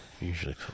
usually